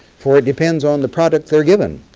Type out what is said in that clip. for it depends on the product they're given.